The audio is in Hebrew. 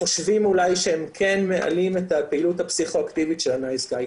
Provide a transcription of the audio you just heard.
חושבים אולי שהם כן מעלים את הפעילות הפסיכואקטיבית של ה"נייס גאי".